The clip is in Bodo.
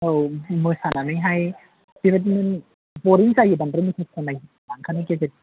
औ मोसानानैहाय बेबायदिनो बरिं जायो बांद्राय मोसाखावनायबा ओंखायनो गेजेर